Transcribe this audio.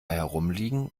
herumliegen